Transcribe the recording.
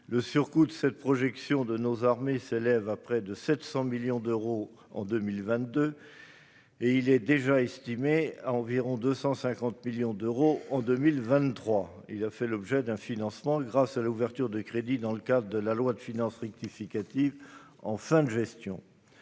Le surcoût de cette projection de nos armées s'élève à près de 700 millions d'euros en 2022, et il est déjà estimé à environ 250 millions d'euros pour 2023. Il a fait l'objet d'un financement grâce à l'ouverture de crédits dans le cadre de la loi de finances rectificative en fin de gestion.